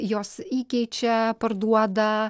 jos įkeičia parduoda